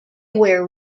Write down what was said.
wear